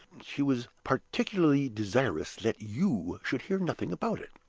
she was particularly desirous that you should hear nothing about it.